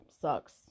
sucks